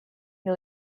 new